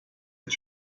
est